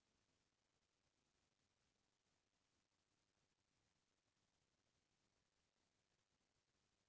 जब एक खेत म खरपतवार के समस्या हो जाथे त दूसर खेत म घलौ ए समस्या ल होना जरूरी हे